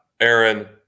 Aaron